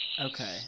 Okay